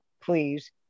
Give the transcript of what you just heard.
please